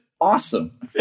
awesome